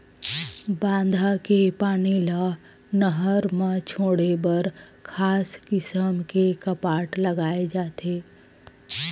बांधा के पानी ल नहर म छोड़े बर खास किसम के कपाट लगाए जाथे